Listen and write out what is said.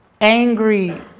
angry